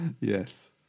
Yes